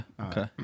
Okay